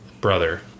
brother